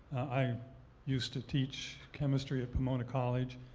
i used to teach chemistry at pomona college.